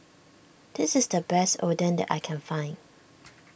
this is the best Oden that I can find